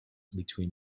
between